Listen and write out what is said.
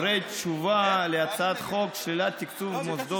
דברי תשובה להצעת חוק שלילת תקצוב מוסדות